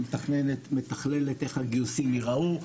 היא מתכללת איך הגיוסים ייראו.